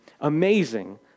Amazing